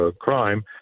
crime